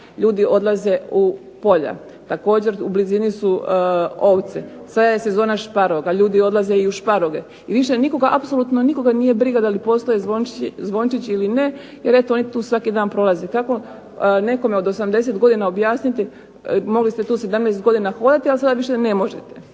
ljudi odlaze u polja, također u blizini su ovce, sad je sezona šparoga, ljudi odlaze i u šparoge i više nikoga, apsolutno nikoga nije briga da li postoje zvončići ili ne, jer eto oni tu svaki dan prolaze. Kako nekome od 80 godina objasniti, mogli ste tu 17 godina hodati ali sada više ne možete.